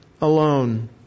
alone